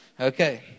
Okay